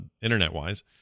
internet-wise